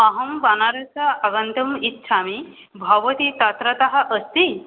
अहं बनारस् आगन्तुम् इच्छामि भवती तत्रतः अस्ति